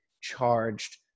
charged